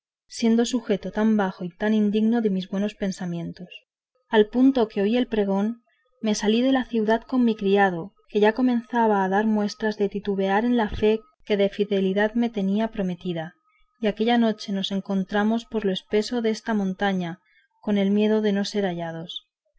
siendo subjeto tan bajo y tan indigno de mis buenos pensamientos al punto que oí el pregón me salí de la ciudad con mi criado que ya comenzaba a dar muestras de titubear en la fe que de fidelidad me tenía prometida y aquella noche nos entramos por lo espeso desta montaña con el miedo de no ser hallados